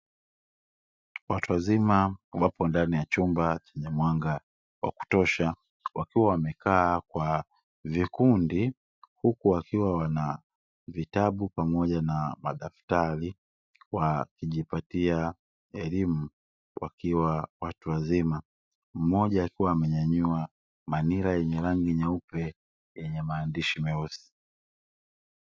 Watu wazima wapo ndani ya chumba chenye mwanga wa kutosha wakiwa wamekaa kwa vikundi, huku wakiwa wana vitabu pamoja na madaftari wakijipatia elimu wakiwa watu wazima, mmoja akiwa amenyenyua manila yenye rangi nyeupe yenye maandishi meusi.